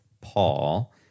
Paul